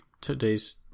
Today's